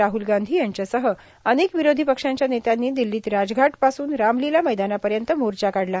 राहुल गांधी यांच्यासह अनेक विरोधी पक्षांच्या नेत्यांनी दिल्लीत राजघाटापासून रामलीला मैदानापर्यत मोर्चा काढला